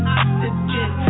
oxygen